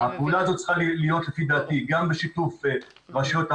הפעולה הזאת צריכה להיות לפי דעתי גם בשיתוף רשויות המס,